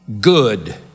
good